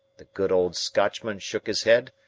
the good old scotchman shook his head,